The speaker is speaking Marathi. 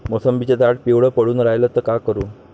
मोसंबीचं झाड पिवळं पडून रायलं त का करू?